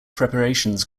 preparations